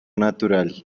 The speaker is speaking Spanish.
natural